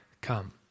come